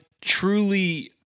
truly